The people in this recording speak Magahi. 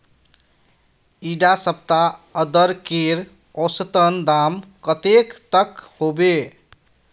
इडा सप्ताह अदरकेर औसतन दाम कतेक तक होबे?